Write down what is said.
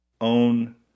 own